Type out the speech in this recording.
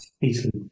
Easily